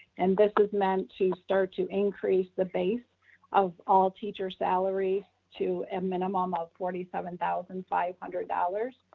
and this is meant to start to increase the base of all teachers salary to a minimum of forty seven thousand five hundred dollars.